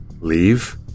leave